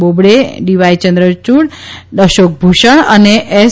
બોબડે ડીવાયચંદરચૂડ અશોક ભૂષણ અને એસ